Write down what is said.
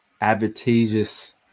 advantageous